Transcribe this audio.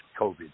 COVID